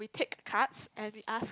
take cards and we ask